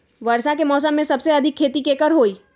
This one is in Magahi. वर्षा के मौसम में सबसे अधिक खेती केकर होई?